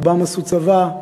רובם עשו צבא,